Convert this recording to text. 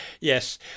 Yes